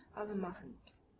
of the moslems.